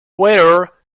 waiter